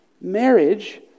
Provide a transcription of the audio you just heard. Marriage